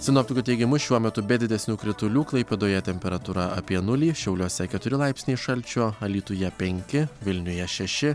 sinoptikų teigimu šiuo metu be didesnių kritulių klaipėdoje temperatūra apie nulį šiauliuose keturi laipsniai šalčio alytuje penki vilniuje šeši